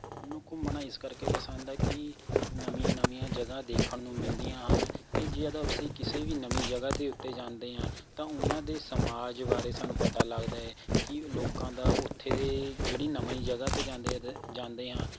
ਮੈਨੂੰ ਘੁੰਮਣਾ ਇਸ ਕਰਕੇ ਪਸੰਦ ਆ ਕਿ ਨਵੀਆਂ ਨਵੀਆਂ ਜਗ੍ਹਾ ਦੇਖਣ ਨੂੰ ਮਿਲਦੀਆਂ ਹਨ ਅਤੇ ਜਦ ਅਸੀਂ ਕਿਸੇ ਵੀ ਨਵੀਂ ਜਗ੍ਹਾ ਦੇ ਉੱਤੇ ਜਾਂਦੇ ਹਾਂ ਤਾਂ ਉਹਨਾਂ ਦੇ ਸਮਾਜ ਬਾਰੇ ਸਾਨੂੰ ਪਤਾ ਲੱਗਦਾ ਹੈ ਕਿ ਲੋਕਾਂ ਦਾ ਉੱਥੇ ਦੇ ਜਿਹੜੀ ਨਵੀਂ ਜਗ੍ਹਾ 'ਤੇ ਜਾਂਦੇ ਅਤੇ ਜਾਂਦੇ ਹਾਂ